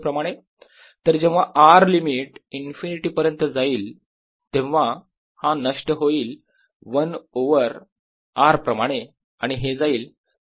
तर जेव्हा r limit infinity पर्यंत जाईल तेव्हा हा नष्ट होईल 1 ओवर r प्रमाणे आणि हे जाईल 0 वर